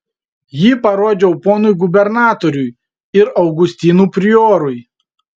jį parodžiau ponui gubernatoriui ir augustinų priorui